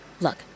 Look